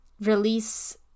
release